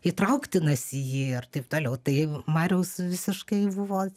įtrauktinas į jį ir taip toliau tai mariaus visiškai buvo